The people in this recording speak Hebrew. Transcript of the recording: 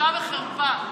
בושה וחרפה.